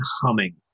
humming